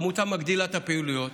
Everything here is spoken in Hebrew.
עמותה מגדילה את הפעילויות.